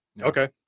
Okay